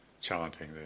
chanting